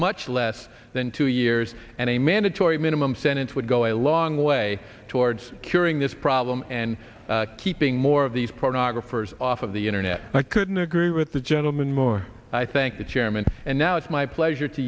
much less than two years and a mandatory minimum sentence would go a long way towards curing this problem and keeping more of these prog refers off of the internet and i couldn't agree with the gentleman more i think the chairman and now it's my pleasure to